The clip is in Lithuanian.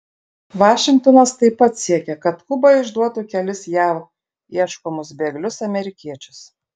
vašingtonas taip pat siekia kad kuba išduotų kelis jav ieškomus bėglius amerikiečius